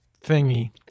thingy